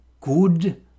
good